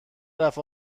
رفت